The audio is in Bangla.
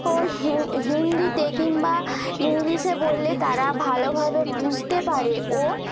ও হিন্দিতে কিংবা ইংলিশে বললে তারা ভালোভাবে বুঝতে পারে ও